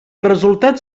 resultat